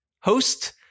host